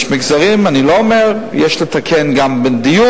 יש מגזרים, אני לא אומר, יש לתקן גם בדיור.